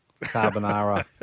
carbonara